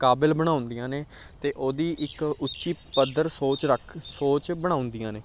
ਕਾਬਿਲ ਬਣਾਉਣ ਦੀਆਂ ਨੇ ਅਤੇ ਉਹਦੀ ਇੱਕ ਉੱਚੀ ਪੱਧਰ ਸੋਚ ਰੱਖ ਸੋਚ ਬਣਾਉਂਦੀਆਂ ਨੇ